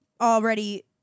already